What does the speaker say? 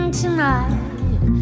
tonight? ¶